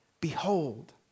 Behold